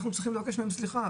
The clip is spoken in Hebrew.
אנחנו צריכים לבקש מהם סליחה.